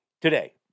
today